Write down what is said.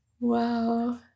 Wow